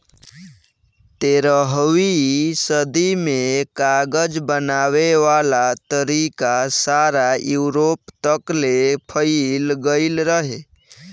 तेरहवीं सदी में कागज बनावे वाला तरीका सारा यूरोप तकले फईल गइल रहे